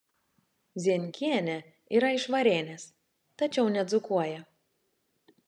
zienkienė yra iš varėnės tačiau nedzūkuoja